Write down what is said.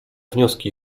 wnioski